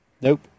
Nope